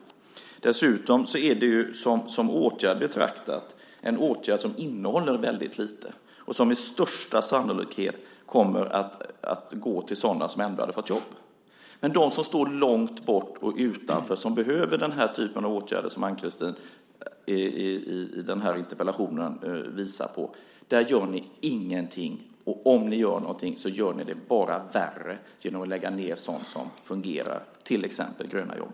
Dessutom är det som åtgärd betraktat en åtgärd som innehåller väldigt lite och som med största sannolikhet kommer att gå till sådana som ändå hade fått jobb. Dem som står långt utanför och behöver den typ av åtgärder som Ann-Kristine visar på i interpellationen gör ni ingenting för, och om ni gör någonting gör ni det bara värre genom att lägga ned sådant som fungerar, till exempel Gröna jobb.